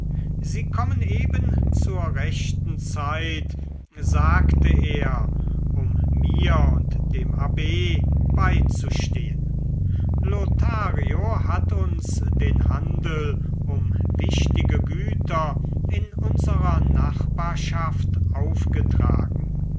sie kommen eben zur rechten zeit sagte er um mir und dem abb beizustehen lothario hat uns den handel um wichtige güter in unserer nachbarschaft aufgetragen